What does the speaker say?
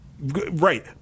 right